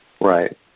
right